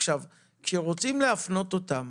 כשרוצים להפנות אותם